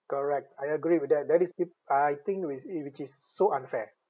correct I agree with that that is if I think whi~ is uh which is so unfair